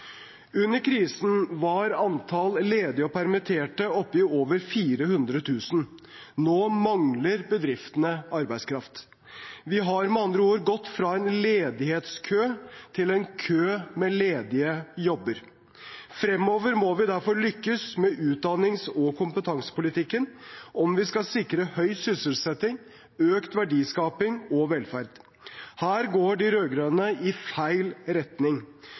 Under krisen var antall ledige og permitterte oppe i over 400 000. Nå mangler bedriftene arbeidskraft. Vi har med andre ord gått fra en ledighetskø til en kø med ledige jobber. Fremover må vi derfor lykkes med utdannings- og kompetansepolitikken om vi skal sikre høy sysselsetting, økt verdiskaping og velferd. Her går de rød-grønne i feil retning.